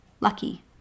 lucky